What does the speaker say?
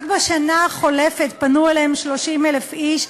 רק בשנה החולפת פנו אליהם 30,000 איש,